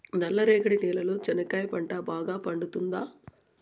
నల్ల రేగడి నేలలో చెనక్కాయ పంట బాగా పండుతుందా?